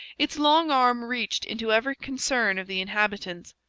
its long arm reached into every concern of the inhabitants.